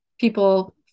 people